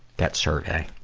that survey.